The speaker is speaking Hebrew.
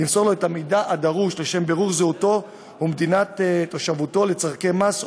למסור לו את המידע הדרוש לשם בירור זהותו ומדינת תושבותו לצורכי מס,